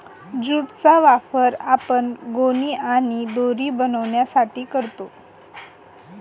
jute चा वापर आपण गोणी आणि दोरी बनवण्यासाठी करतो